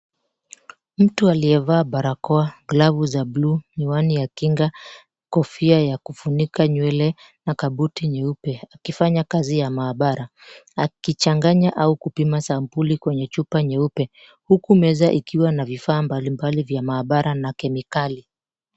Mtu aliyevaa barakoa, glavu za buluu, miwani ya kinga, kofia ya kufunika nywele na kabuti nyeupe akifanya kazi ya maabara. Akichanganya au kupima sambuli kwenye chupa nyeupe huku meza ikiwa na vifaa mbalimbali za maabara na kemikali.